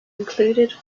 included